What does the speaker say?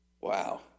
Wow